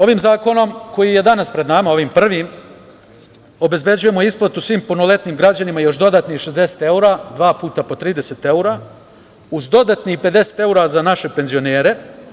Ovim zakonom koji je danas pred nama, ovim prvim obezbeđujemo isplatu svim punoletnim građanima još dodatnih 60 evra, dva puta po 30 evra, uz dodatnih 50 evra za naše penzionere.